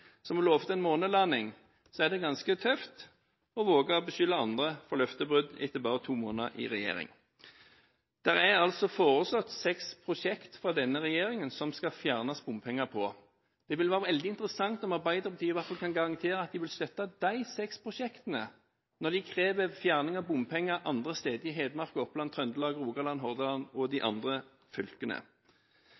som lovet en månelanding, er det ganske tøft å våge å beskylde andre for løftebrudd etter bare to måneder i regjering. Det er fra denne regjeringen foreslått seks prosjekter der bompengene skal fjernes. Det ville være veldig interessant om Arbeiderpartiet i hvert fall kunne garantere at de ville støtte disse seks prosjektene når de krever fjerning av bompenger andre steder i Hedmark, Oppland, Trøndelag, Rogaland, Hordaland og de